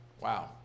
Wow